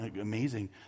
amazing